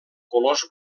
colors